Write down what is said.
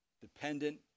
dependent